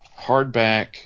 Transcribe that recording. hardback